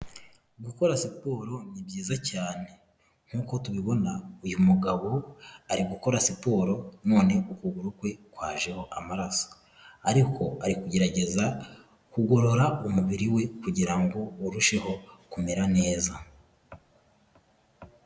Gukora siporo ni byiza cyane nk'uko tubibona uyu mugabo ari gukora siporo, none ukuguru kwe kwajeho amaraso ariko ari kugerageza kugorora umubiri we kugira ngo urusheho kumera neza.